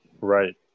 Right